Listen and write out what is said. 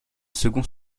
second